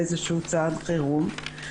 באיזה שהוא צעד חירום.